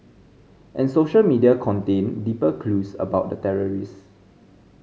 and social media contained deeper clues about the terrorists